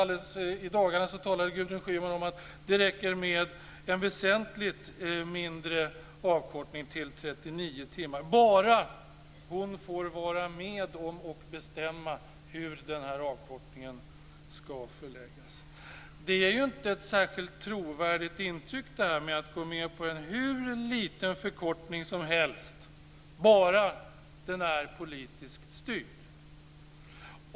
Alldeles i dagarna talade Gudrun Schyman om att det räcker med en väsentligt mindre avkortning till 39 timmar - bara hon får vara med och bestämma hur den här avkortningen ska förläggas. Det ger inte ett särskilt trovärdigt intryck: att gå med på en hur liten förkortning som helst, bara den är politiskt styrd.